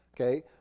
Okay